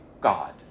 God